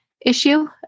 issue